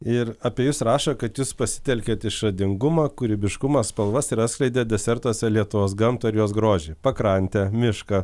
ir apie jus rašo kad jus pasitelkėt išradingumą kūrybiškumą spalvas ir atskleidėt desertuose lietuvos gamtą ir jos grožį pakrantę mišką